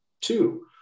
Two